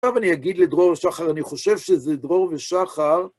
עכשיו אני אגיד לדרור ושחר, אני חושב שזה דרור ושחר.